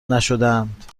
نشدهاند